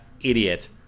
idiot